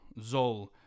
Zol